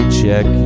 check